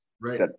Right